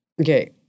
okay